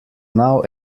now